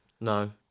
No